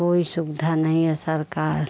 कोई सुविधा नहीं है सरकार